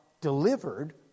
delivered